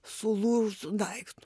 sulūžusiu daiktu